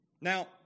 Now